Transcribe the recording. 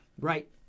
Right